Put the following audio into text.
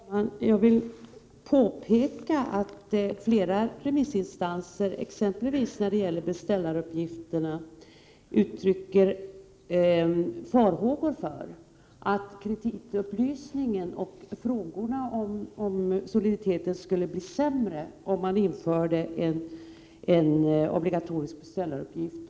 Herr talman! Jag vill påpeka att flera remissinstanser uttrycker farhågor för att kreditupplysningen och frågorna om soliditeten skulle bli sämre om man införde en obligatorisk beställaruppgift.